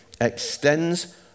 extends